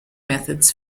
methods